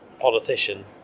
politician